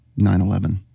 9-11